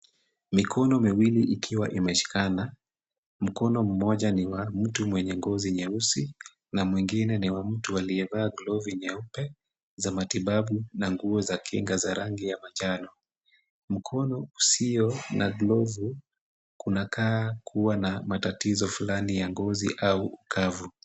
Mikono miwili ikiwa imeshikana. Mkono mmoja ni wa mtu mwenye ngozi nyeusi na mwingine ni wa mtu aliyevaa glovu nyeupe za matibabu na nguo za kinga za rangi ya manjano. Mkono usio na glovu kunakaa kuwa na matatizo fulani ya ngozi au ukavu.